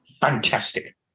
fantastic